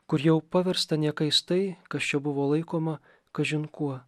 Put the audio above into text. kur jau paversta niekais tai kas čia buvo laikoma kažin kuo